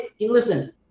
listen –